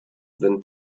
than